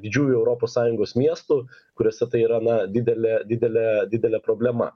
didžiųjų europos sąjungos miestų kuriuose tai yra na didelė didelė didelė problema